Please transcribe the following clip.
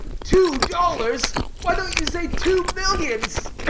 two dollars? why don't you say two millions?